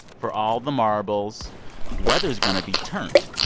for all the marbles weather's going to be turnt,